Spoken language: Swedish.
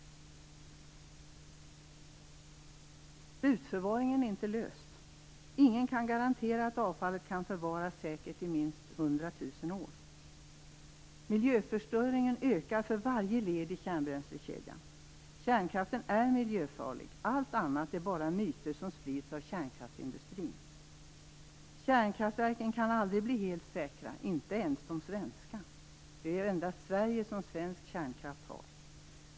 Slutförvaringen är inte löst. Ingen kan garantera att avfallet kan förvaras säkert i minst 100 000 år. Miljöförstöringen ökar för varje led i kärnbränslekedjan. Kärnkraften är miljöfarlig - allt annat är bara myter som sprids av kärnkraftsindustrin. Kärnkraftverken kan aldrig bli helt säkra, inte ens de svenska. Det är endast Sverige som svensk kärnkraft har.